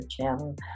channel